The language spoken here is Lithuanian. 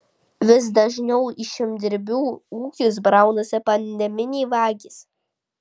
vis dažniau į žemdirbių ūkius braunasi pandeminiai vagys